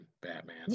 batman